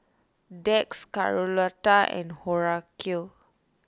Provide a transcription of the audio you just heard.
Dax Carlotta and Horacio